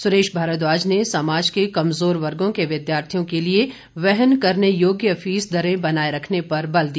सुरेश भारद्वाज ने समाज के कमजोर वर्गो के विद्यार्थियों के लिए वहन करने योग्य फीस दरें बनाए रखने पर बल दिया